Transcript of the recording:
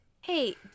hey